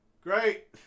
Great